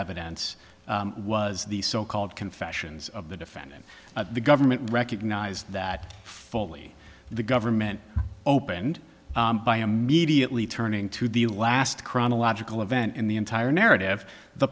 evidence was the so called confessions of the defendant the government recognize that fully the government opened by a mediately turning to the last chronological event in the entire narrative the